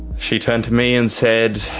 she turned to me and said,